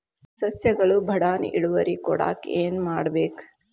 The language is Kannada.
ಸಸ್ಯಗಳು ಬಡಾನ್ ಇಳುವರಿ ಕೊಡಾಕ್ ಏನು ಮಾಡ್ಬೇಕ್?